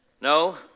No